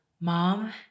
Mom